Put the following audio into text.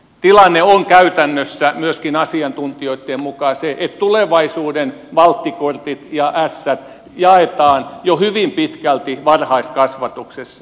tilanne on käytännössä myöskin asiantuntijoitten mukaan se että tulevaisuuden valttikortit ja ässät jaetaan jo hyvin pitkälti varhaiskasvatuksessa